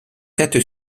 tête